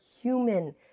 human